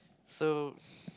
so